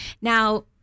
Now